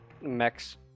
mechs